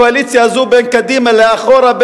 את הקואליציה בין קדימה לאחורה,